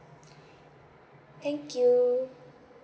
thank you